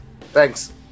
Thanks